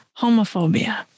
homophobia